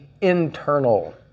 internal